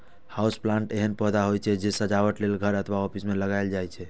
house plant एहन पौधा होइ छै, जे सजावट लेल घर अथवा ऑफिस मे लगाएल जाइ छै